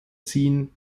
ziehen